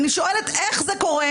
אני שואלת, איך זה קורה?